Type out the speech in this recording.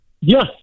Yes